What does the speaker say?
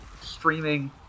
streaming